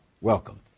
Welcome